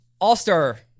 All-Star